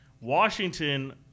washington